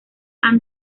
han